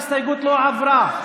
ההסתייגות לא עברה.